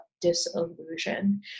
disillusion